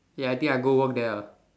ya I think I go work there ah